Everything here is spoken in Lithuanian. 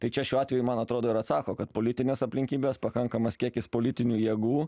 tai čia šiuo atveju man atrodo ir atsako kad politinės aplinkybės pakankamas kiekis politinių jėgų